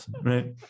right